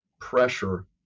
pressure